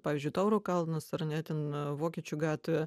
pavyzdžiui tauro kalnas ar ne ten vokiečių gatvė